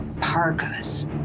parkas